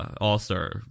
All-Star